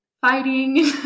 fighting